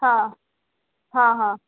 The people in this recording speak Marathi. हां हां हां